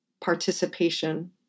participation